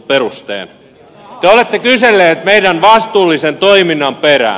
te olette kyselleet meidän vastuullisen toimintamme perään